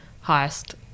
highest